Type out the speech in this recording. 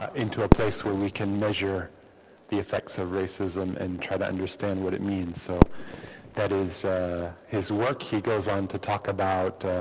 ah into a place where we can measure the effects of racism and try to understand what it means so that is his work he goes on to talk about